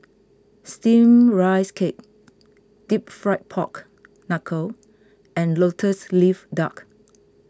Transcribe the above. Steamed Rice Cake Deep Fried Pork Knuckle and Lotus Leaf Duck